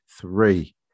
three